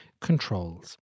controls